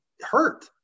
hurt